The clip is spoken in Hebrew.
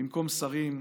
במקום שרים,